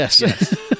Yes